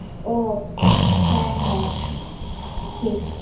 ও হ্যাঁ হ্যাঁ ঠিক